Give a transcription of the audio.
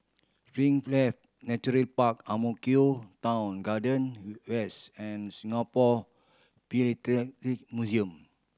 Springleaf Naturally Park Ang Mo Kio Town Garden West and Singapore Museum